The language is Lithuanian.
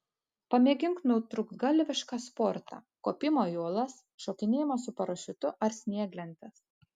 pamėgink nutrūktgalvišką sportą kopimą į uolas šokinėjimą su parašiutu ar snieglentes